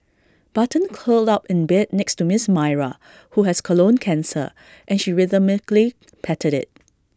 button curled up in bed next to miss Myra who has colon cancer and she rhythmically patted IT